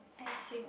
I see